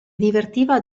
divertiva